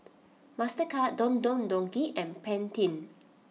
Mastercard Don Don Donki and Pantene